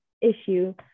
issue